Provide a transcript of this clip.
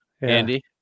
Andy